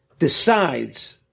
Decides